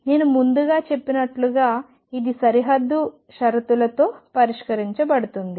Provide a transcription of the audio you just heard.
నేను ముందుగా చెప్పినట్లుగా ఇది సరిహద్దు షరతులతో పరిష్కరించబడుతుంది